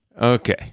okay